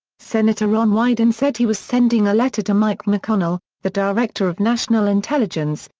senator ron wyden and said he was sending a letter to mike mcconnell, the director of national intelligence,